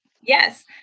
Yes